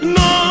no